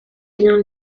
bien